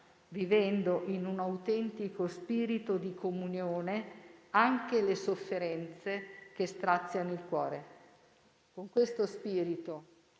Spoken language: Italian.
vivendo in un autentico spirito di comunione anche le sofferenze che straziano il cuore. Con questo spirito